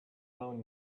down